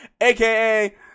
aka